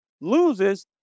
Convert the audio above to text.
loses